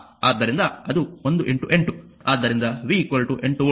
ಆದ್ದರಿಂದ ಅದು 1 8 ಆದ್ದರಿಂದ v 8 ವೋಲ್ಟ್